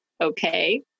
okay